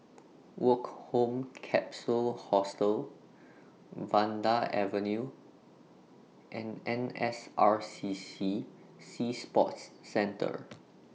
Woke Home Capsule Hostel Vanda Avenue and N S R C C Sea Sports Centre